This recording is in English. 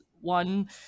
one